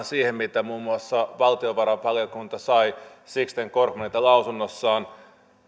siihen mitä muun muassa valtiovarainvaliokunta sai sixten korkmanilta lausunnossaan